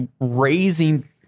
raising